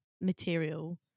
material